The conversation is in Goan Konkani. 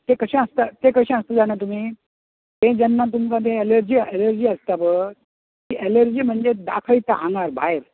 तें कशें आसता तें कशें आसता जाणां तुमी जेन्ना तुमका तें एलर्जी आसता पय तीं एलर्जी म्हणजे दाखयता आंगार भायर